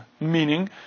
Meaning